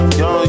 yo